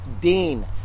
Dean